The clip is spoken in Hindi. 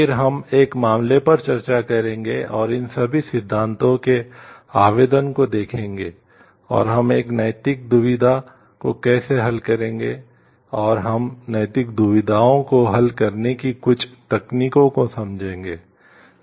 फिर हम एक मामले पर चर्चा करेंगे और इन सभी सिद्धांतों के आवेदन को देखेंगे और हम एक नैतिक दुविधा को कैसे हल करेंगे और हम नैतिक दुविधाओं को हल करने की कुछ तकनीकों को समझेंगे